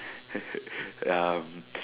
um